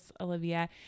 Olivia